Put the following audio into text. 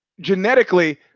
Genetically